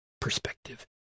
perspective